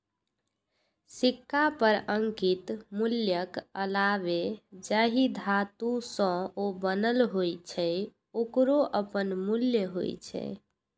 सिक्का पर अंकित मूल्यक अलावे जाहि धातु सं ओ बनल होइ छै, ओकरो अपन मूल्य होइ छै